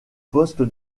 poste